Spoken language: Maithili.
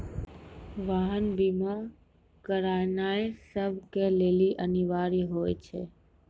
वाहन बीमा करानाय सभ के लेली अनिवार्य होय छै